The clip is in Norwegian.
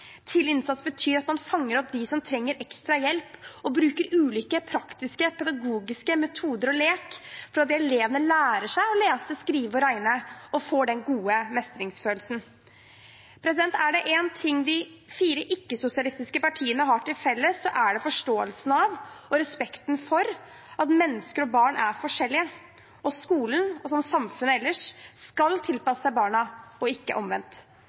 innsats betyr at man fanger opp dem som trenger ekstra hjelp, og bruker ulike praktiske og pedagogiske metoder og lek for at elevene skal lære seg å lese, skrive og regne og får den gode mestringsfølelsen. Er det én ting de fire ikke-sosialistiske partiene har til felles, er det forståelsen av og respekten for at mennesker og barn er forskjellige, og skolen – som samfunnet ellers – skal tilpasse seg barna, ikke omvendt.